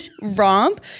romp